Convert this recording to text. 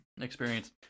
experience